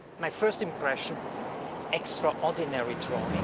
my first impression extraordinary drawing.